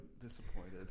disappointed